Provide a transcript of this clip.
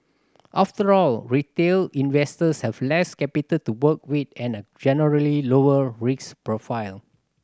after all retail investors have less capital to work with and a generally lower risk profile